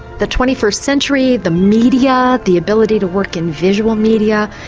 the twenty first century, the media, the ability to work in visual media.